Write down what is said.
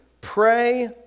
pray